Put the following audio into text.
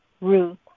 Ruth